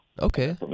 Okay